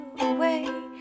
away